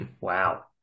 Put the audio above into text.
Wow